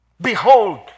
Behold